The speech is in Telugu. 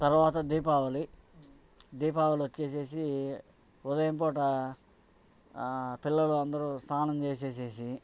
తర్వాత దీపావళి దీపావళి వచ్చి ఉదయం పూట పిల్లలందరు స్నానం చేసి